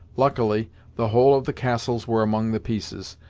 luckily the whole of the castles were among the pieces,